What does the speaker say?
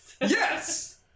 Yes